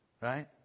right